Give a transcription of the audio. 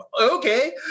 Okay